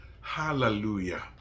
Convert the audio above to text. Hallelujah